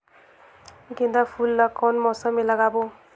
गेंदा फूल ल कौन मौसम मे लगाबो?